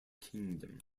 kingdom